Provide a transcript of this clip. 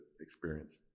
experience